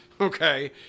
okay